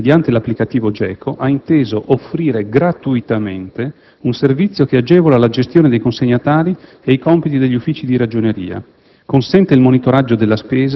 Il Ministero dell'economia e delle finanze, mediante l'applicativo GECO, ha inteso offrire gratuitamente un servizio che agevola la gestione dei consegnatari e i compiti degli uffici di Ragioneria,